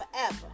forever